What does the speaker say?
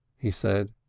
he said.